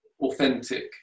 authentic